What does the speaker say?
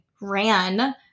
ran